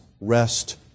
rest